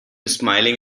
smiling